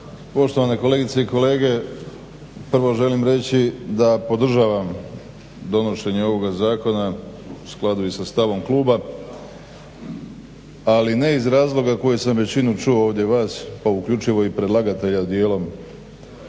poštovane kolegice i kolege prvo želim reći da podržavam donošenje ovoga zakona u skladu i sa stavom kluba ali ne iz razloga koji sam većinu čuo ovdje vas pa i uključivo i predlagatelja djelom.